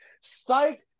Psych